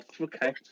Okay